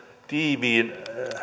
tiiviin